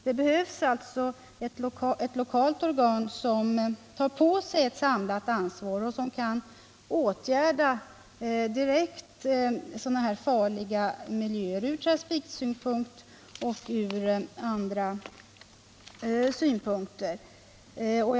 Det behövs alltså ett lokalt organ som direkt tar på sig ett samlat ansvar och som kan åtgärda sådana från trafiksynpunkt och från andra synpunkter farliga miljöer.